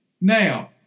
Now